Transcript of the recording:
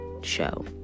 show